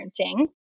parenting